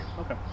okay